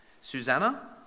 Susanna